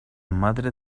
madre